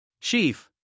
Chief